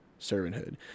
servanthood